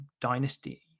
dynasty